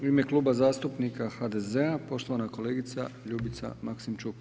U ime Kluba zastupnika HDZ-a poštovana kolegice LJubica Maksimčuk.